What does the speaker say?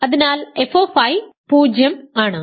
അതിനാൽ f 0 ആണ്